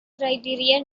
criteria